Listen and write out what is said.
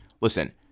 Listen